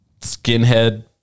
skinhead